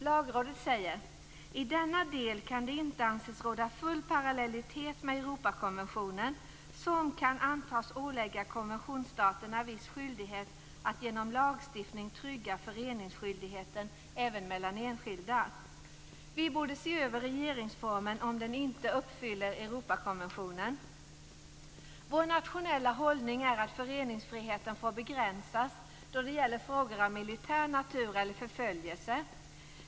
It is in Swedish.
Lagrådet säger: "I denna del kan det inte anses råda full parallellitet med Europakonventionen, som kan antas ålägga konventionsstaterna viss skyldighet att genom lagstiftning trygga föreningsskyldigheten även mellan enskilda." Vi borde se över regeringsformen om den inte uppfyller Europakonventionen. Vår nationella hållning är att föreningsfriheten får begränsas då det gäller frågor av militär natur eller förföljelse.